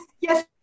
yes